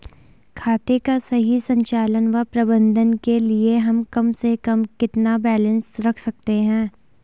खाते का सही संचालन व प्रबंधन के लिए हम कम से कम कितना बैलेंस रख सकते हैं?